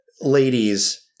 ladies